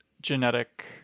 genetic